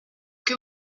que